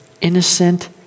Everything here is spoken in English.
innocent